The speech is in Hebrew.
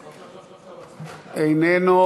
איננו,